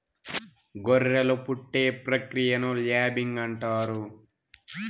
గొర్రెలు పుట్టే ప్రక్రియను ల్యాంబింగ్ అంటారు